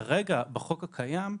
כרגע בחוק הקיים,